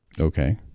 Okay